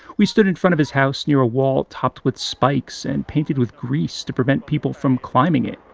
we stood in front of his house near a wall topped with spikes and painted with grease to prevent people from climbing it.